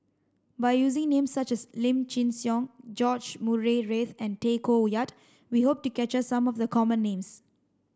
by using names such as Lim Chin Siong George Murray Reith and Tay Koh Yat we hope to capture some of the common names